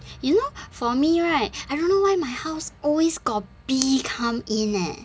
you know for me right I don't know why my house always got bee come in eh